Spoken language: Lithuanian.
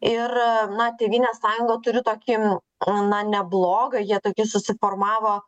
ir na tėvynės sąjunga turi tokį na neblogą jie tokį susiformavo